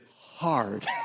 hard